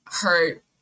hurt